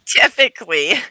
Typically